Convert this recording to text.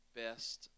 best